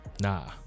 nah